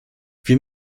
wir